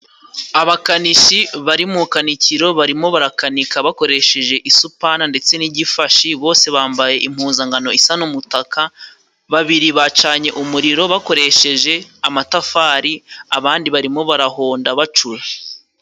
Abakanishi bari mukanikiro barimo barakanika bakoresheje isupana ndetse n'igifashi bose bambaye impuzankano isa n'umutaka babiri bacanye umuriro bakoresheje amatafari abandi barimo barahonda bacura.